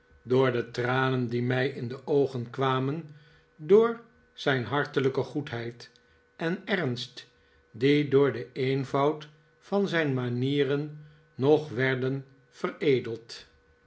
door de tranen die mij in de oogen kwamen door zijn hartelijke goedheid en ernst die door den eenvoud van zijn manieren nog werden veredeld